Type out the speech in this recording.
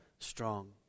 Strong